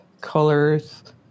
colors